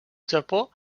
japó